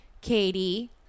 Katie